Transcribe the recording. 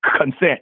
consent